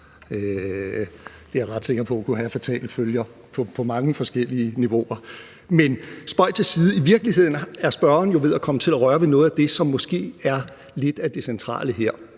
Det er jeg ret sikker på kunne have fatale følger på mange forskellige niveauer. Men – spøg til side – i virkeligheden er spørgeren jo ved at komme til at røre ved noget af det, som måske er lidt af det centrale her,